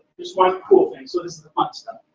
just one cool thing, so this is the fun stuff.